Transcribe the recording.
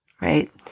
right